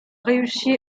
réussi